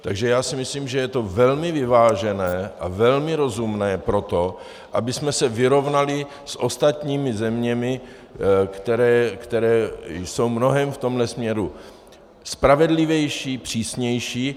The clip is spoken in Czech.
Takže já si myslím, že je to velmi vyvážené a velmi rozumné pro to, abychom se vyrovnali s ostatními zeměmi, které jsou mnohem v tomhle směru spravedlivější, přísnější.